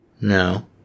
no